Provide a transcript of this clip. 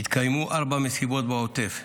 התקיימו ארבע מסיבות בעוטף: